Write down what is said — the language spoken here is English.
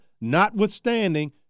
notwithstanding